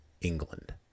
England